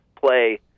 play